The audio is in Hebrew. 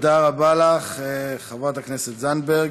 תודה רבה לך, חברת הכנסת זנדברג.